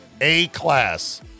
A-class